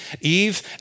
Eve